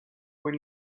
when